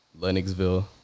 Lennoxville